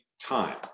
time